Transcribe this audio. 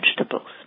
vegetables